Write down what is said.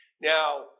Now